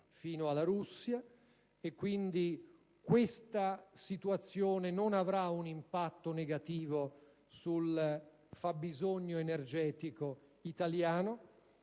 fino alla Russia. Quindi, questa situazione non avrà un impatto negativo sul fabbisogno energetico italiano.